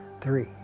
Three